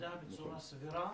התמודדה בצורה סבירה